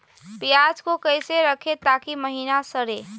प्याज को कैसे रखे ताकि महिना सड़े?